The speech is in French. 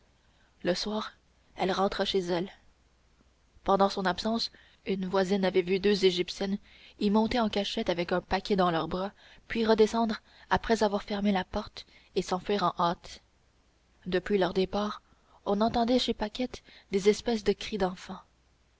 le soir elle rentra chez elle pendant son absence une voisine avait vu deux égyptiennes y monter en cachette avec un paquet dans leurs bras puis redescendre après avoir refermé la porte et s'enfuir en hâte depuis leur départ on entendait chez paquette des espèces de cris d'enfant